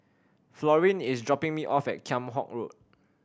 Florine is dropping me off at Kheam Hock Road